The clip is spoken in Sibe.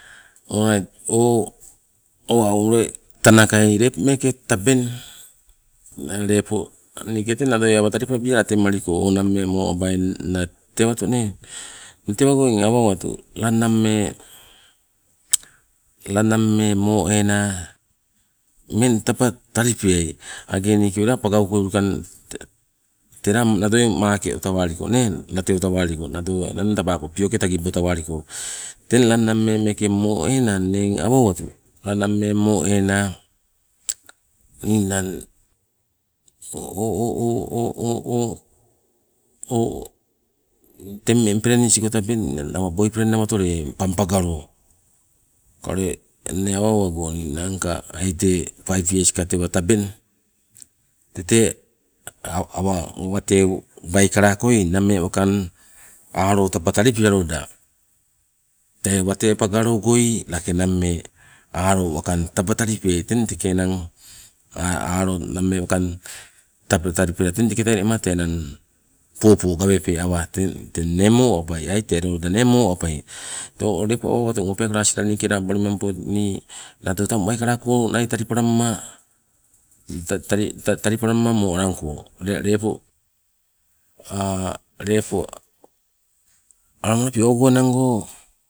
Orait o au ule tanakai lepo meeke tabeng, ninang lepo niike nadoi awa talipabia late maliko, o nammee mo abiana tewato nee, tewago inne awa owatu la nammee, la nammee mo ena ummeng taba taliopeai age la niike pagau koi ulikang telaa nadoi makeo tawaliko nee, lateo tawaliko nado enang tabaako pioke tagibo tawaliko. Teng eng la nammee meeke mo ena innee awa owatu la nammee mo ena ninang teng ummeng prennisigo tabeng, ninang boipren nawato pangpagalo eng inne awa owago ninang paip iaska tabeng. Tete awa wate waikala koi nammee waking alo taba talipea loda, tee wate pagalogoi lake nammee alo wakang lake taba talipeai, teng teke enang alo nammee wakang taba talipoela teng teketai lema tee enang popo gawepe awa ten nee mo- abai o tee loida nee mo- abai. Tee o lepo awa owatu tee o asila niike lepo niike nado tang wate waikalako nai talipalamma, tat- talipalamma mo alangko lepo lea lepo aloma lapi ogo enang go